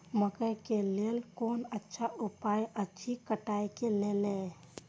मकैय के लेल कोन अच्छा उपाय अछि कटाई के लेल?